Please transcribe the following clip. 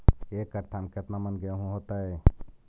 एक कट्ठा में केतना मन गेहूं होतै?